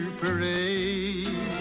parade